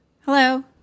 Hello